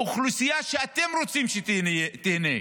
האוכלוסייה שאתם רוצים שתיהנה,